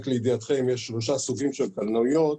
רק לידיעתכם, יש שלושה סוגים של קלנועיות.